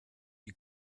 you